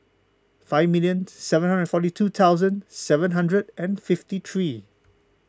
five million seven hundred forty two thousand seven hundred and fifty three